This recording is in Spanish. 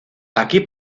aquí